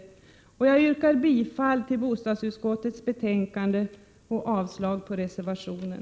Därför yrkar jag bifall till utskottets hemställan i bostadsutskottets betänkande och avslag på reservationen.